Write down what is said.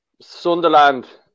Sunderland